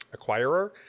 acquirer